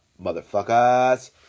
motherfuckers